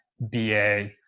BA